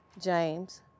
James